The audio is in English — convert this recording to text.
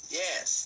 yes